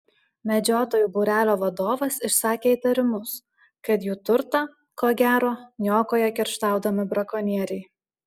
medžiotojų būrelio vadovas išsakė įtarimus kad jų turtą ko gero niokoja kerštaudami brakonieriai